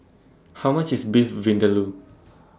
How much IS Beef Vindaloo